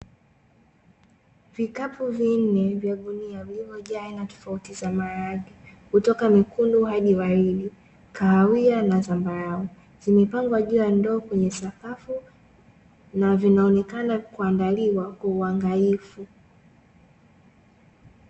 Vikapu vinne vya gunia vilivyojaa aina tofauti za maharage, kutoka mekundu hadi waridi, kahawia na zambarau. Zimepangwa juu ya ndoo kwenye sakafu na vinaonekana kuandaliwa kwa uangalifu.